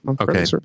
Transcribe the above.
Okay